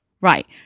right